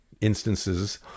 instances